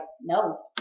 no